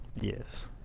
Yes